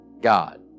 God